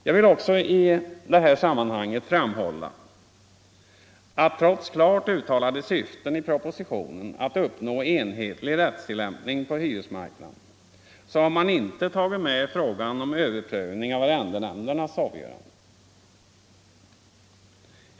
Jag vill också i det här sammanhanget framhålla att man, trots klart uttalade syften i propositionen att uppnå enhetlig rättstillämpning på hyresmarknaden, inte har tagit med frågan om överprövning av arrendenämndernas avgöranden.